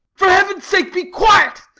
for heaven's sake, be quiet!